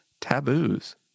taboos